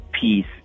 peace